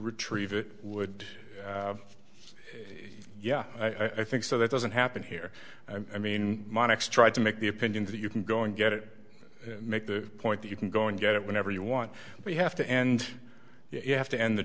retrieve it would yeah i think so that doesn't happen here i mean monex tried to make the opinion that you can go and get it and make the point that you can go and get it whenever you want but you have to and you have to end the